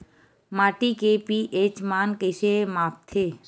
माटी के पी.एच मान कइसे मापथे?